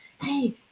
Hey